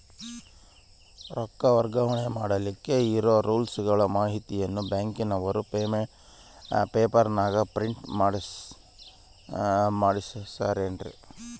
ರೊಕ್ಕ ವರ್ಗಾವಣೆ ಮಾಡಿಲಿಕ್ಕೆ ಇರೋ ರೂಲ್ಸುಗಳ ಮಾಹಿತಿಯನ್ನ ಬ್ಯಾಂಕಿನವರು ಪೇಪರನಾಗ ಪ್ರಿಂಟ್ ಮಾಡಿಸ್ಯಾರೇನು?